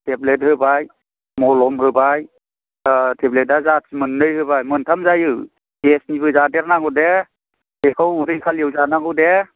tablet होबाय मलम होबाय टेब्लेटआ जाथि मोननै होबाय मोनथाम जायो गेसनिबो जादेरनांगौ दे बेखौ उदै खालियाव जानांगौ दे